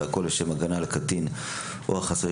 והכול לשם הגנה על קטין או ---,